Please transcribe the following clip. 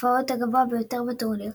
ההופעות הגבוה ביותר בטורניר.